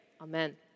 Amen